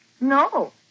No